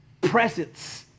presence